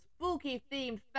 spooky-themed